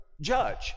judge